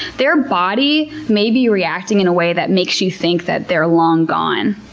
their body may be reacting in a way that makes you think that they are long gone,